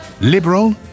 liberal